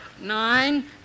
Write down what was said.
Nine